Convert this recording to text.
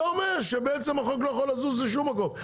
זה אומר שבעצם החוק לא יכול לזוז לשום מקום.